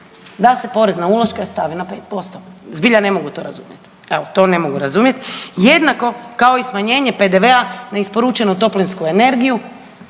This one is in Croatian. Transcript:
da se porez na uloške stavi na 5%, zbilja ne mogu to razumjet, evo to ne mogu razumjet. Jednako kao i smanjenje PDV-a na isporučenu toplinsku energiju